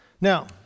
Now